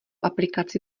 aplikaci